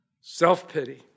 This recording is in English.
Self-pity